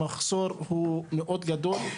המחסור הוא מאד גדול,